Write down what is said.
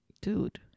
dude